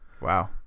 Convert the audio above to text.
wow